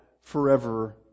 forever